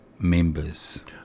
members